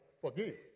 forgive